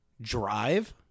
Drive